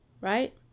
right